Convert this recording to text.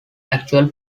actual